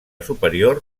superior